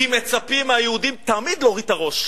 כי מצפים מהיהודים תמיד להוריד את הראש.